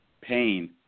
pain